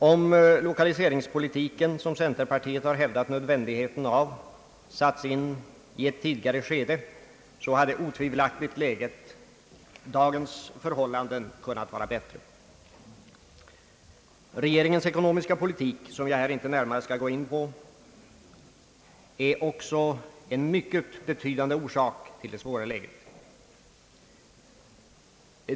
Om lokaliseringspolitiken, vilken centerpartiet länge har hävdat nödvändigheten av, satts in i ett tidigare skede så hade otvivelaktigt dagens förhållanden kunnat vara bättre. Regeringens ekonomiska politik, som jag här inte närmare skall gå in på, är också en mycket betydande orsak till det svåra läget.